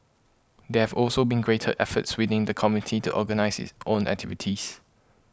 there have also been greater efforts within the community to organise its own activities